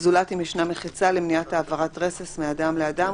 זולת אם ישנה מחיצה למניעת העברת רסס מאדם לאדם,